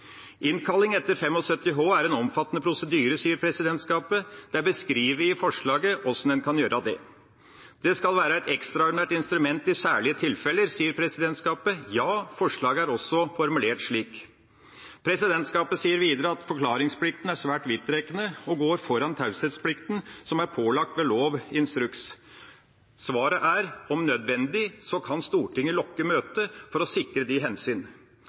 Innkalling etter § 75 h er en omfattende prosedyre, sier presidentskapet. Det er beskrevet i forslaget hvordan en kan gjøre det. Det skal være et ekstraordinært instrument i særlige tilfeller, sier presidentskapet. Ja, forslaget er også formulert slik. Presidentskapet sier videre at forklaringsplikten er svært vidtrekkende og går foran taushetsplikten, som er pålagt ved lov eller instruks. Svaret er: Om nødvendig kan Stortinget lukke møter for å sikre de hensyn.